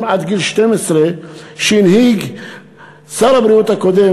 עד גיל 12 שהנהיג שר הבריאות הקודם,